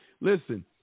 Listen